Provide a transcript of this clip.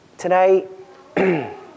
Today